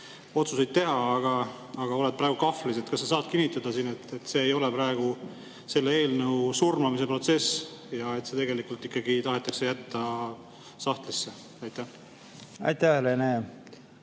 otsuseid teha, aga oled praegu kahvlis. Kas sa saad kinnitada, et see ei ole praegu selle eelnõu surmamise protsess ja et seda tegelikult ei taheta jätta sahtlisse? Aitäh, austatud